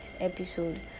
episode